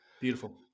beautiful